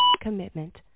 Commitment